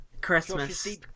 Christmas